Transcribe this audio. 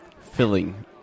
filling